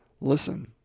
listen